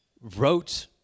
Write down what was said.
wrote